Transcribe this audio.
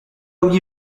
oublié